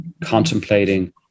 contemplating